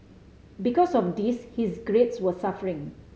because of this his grades were suffering